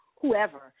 whoever